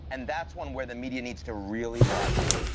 and that's one where the media needs to really watch out.